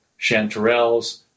chanterelles